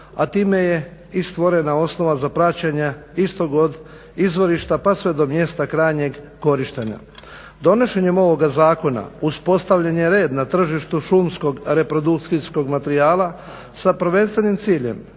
a time je i stvorena osnova za praćenje …/Govornik se ne razumije./… izvorišta pa sve do mjesta krajnjeg korištenja. Donošenjem ovoga zakona uspostavljen je red na tržištu šumskog reprodukcijskog materijala sa prvenstvenim ciljem